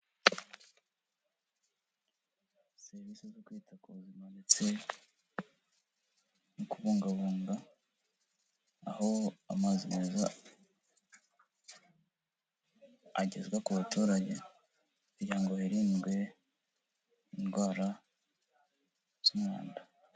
Serivisi zo kwita ku buzima ndetse no kubungabunga, aho amazi meza agezwa ku baturage kugira ngo hirindwe indwara z'umwanda.